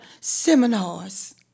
seminars